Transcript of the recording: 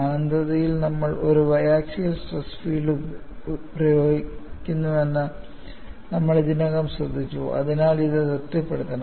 അനന്തതയിൽ നമ്മൾ ഒരു biaxial stress field പ്രയോഗിക്കുന്നുവെന്ന് നമ്മൾ ഇതിനകം ശ്രദ്ധിച്ചു അതിനാൽ ഇത് തൃപ്തിപ്പെടുത്തണം